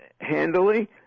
handily